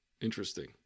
Interesting